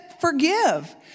forgive